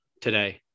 Today